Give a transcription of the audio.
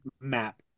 map